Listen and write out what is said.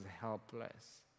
helpless